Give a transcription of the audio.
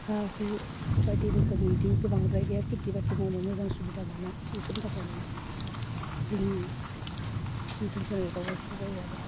हा हु बायदि रोखोम इदि गोबांद्राय गैया खिथि बाथि मावनो मोजां सुबिदा मोना इफोरनि थाखायनो जोंनि ओनसोलफोराव दावराव दावसि जायो आरो